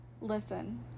listen